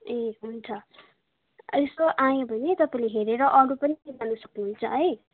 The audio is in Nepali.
ए हुन्छ यसो आयो भने तपाईँले हेरेर अरू पनि लानु सक्नु हुन्छ है